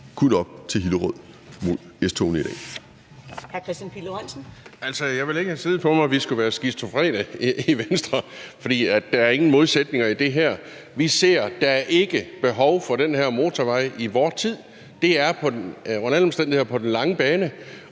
(V): Altså, jeg vil ikke have siddende på mig, at vi skulle være skizofrene i Venstre. For der er ingen modsætninger i det her. Vi ser, at der ikke er behov for den her motorvej i vor tid. Det er under alle